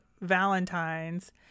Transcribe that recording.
Valentine's